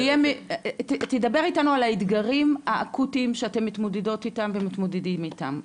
תדבר איתנו על האתגרים האקוטיים שאתן מתמודדות איתם ומתמודדים איתם,